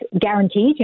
guaranteed